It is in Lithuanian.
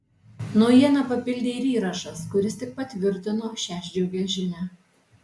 naujieną papildė ir įrašas kuris tik patvirtino šią džiugią žinią